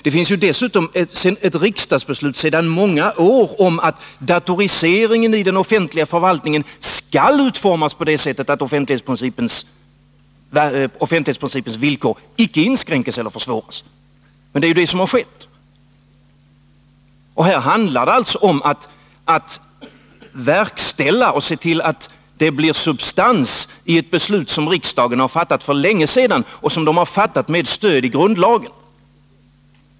Det finns dessutom ett riksdagsbeslut sedan många år tillbaka om att datoriseringen i den offentliga förvaltningen skall utformas så, att offentlighetsprincipens villkor icke inskränks eller försvåras. Men det är ju det som har skett. Här handlar det alltså om att verkställa och se till att det blir substans i ett beslut som riksdagen har fattat för länge sedan och med stöd av grundlagen.